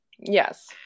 yes